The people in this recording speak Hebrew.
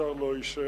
השר לא אישר